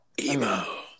Emo